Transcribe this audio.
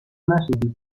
نشنیدی